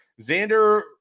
Xander